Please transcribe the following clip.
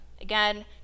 Again